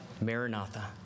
Maranatha